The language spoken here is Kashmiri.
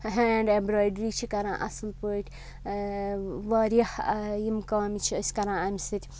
ہینٛڈ ایٚمبرایڈری چھِ کَران اَصٕل پٲٹھۍ واریاہ یِم کامہِ چھِ أسۍ کَران اَمہِ سۭتۍ